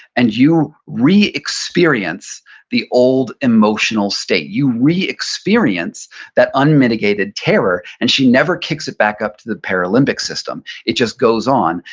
and you re-experience the old emotional state, you re-experience that unmitigated terror, and she never kicks it back up to the para-limbic system. it just goes on,